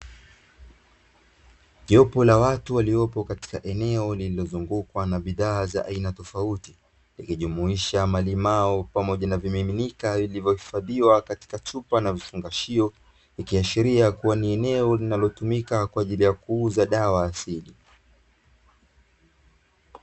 Jopo la watu waliopo katika eneo lililozungukwa na bidhaa za aina tofauti, ikijumuisha malimao pamoja na vimiminika vilivyohifadhiwa katika chupa na vifungashio. Ikiashiria kuwa ni eneo lilnalotumika kwa ajili ya kuuza dawa ya asili.